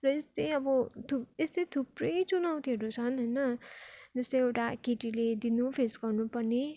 र यस्तै अब यस्तै थुप्रै चुनौतीहरू छन् होइन जस्तै एउटा केटीले दिनहुँ फेस गर्नुपर्ने